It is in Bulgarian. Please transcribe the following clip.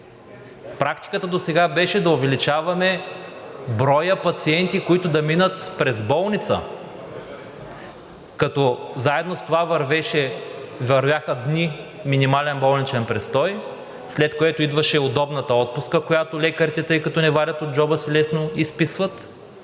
практиката досега беше да увеличаваме броя пациенти, които да минат през болница, като заедно с това вървяха дни минимален болничен престой, след което идваше удобната отпуска, която лекарите лесно изписват, тъй като не я вадят от джоба си, и накрая